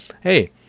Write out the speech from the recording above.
Hey